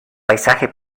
paisaje